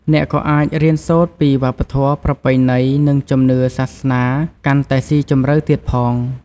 អ្នកក៏អាចរៀនសូត្រពីវប្បធម៌ ប្រពៃណី និងជំនឿសាសនាកាន់តែស៊ីជម្រៅទៀតផង។